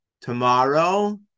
tomorrow